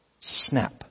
snap